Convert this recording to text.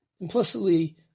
implicitly